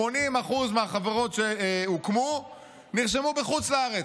80% מהחברות שהוקמו נרשמו בחוץ לארץ.